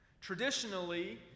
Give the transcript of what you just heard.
Traditionally